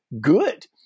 good